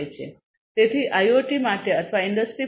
તેથી આઇઓઓટી માટે અથવા ઇન્ડસ્ટ્રી 4